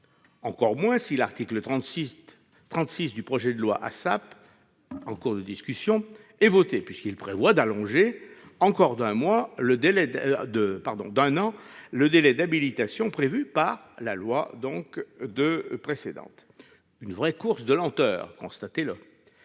Encore moins si l'article 36 du projet de loi ASAP, en cours de discussion, est voté, puisqu'il prévoit d'allonger encore d'un an le délai d'habilitation établi par la loi de 2018. C'est une vraie course de lenteur ! En attendant,